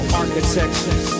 architecture